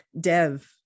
dev